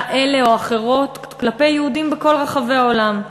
אלה או אחרות כלפי יהודים בכל רחבי העולם.